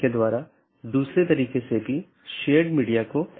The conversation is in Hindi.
अपडेट मेसेज मूल रूप से BGP साथियों के बीच से रूटिंग जानकारी है